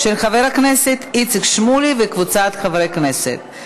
של חבר הכנסת איציק שמולי וקבוצת חברי הכנסת.